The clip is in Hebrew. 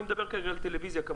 אני מדבר כרגע על הטלוויזיה.